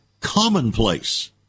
commonplace